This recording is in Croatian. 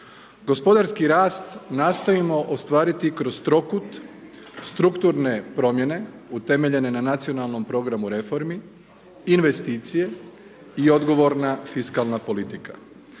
Gospodarski rast nastojimo ostvariti kroz trokut, strukturne promjene utemeljene na nacionalnom programu reformi, investicije i odgovorna fiskalna politika.